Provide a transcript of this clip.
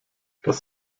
das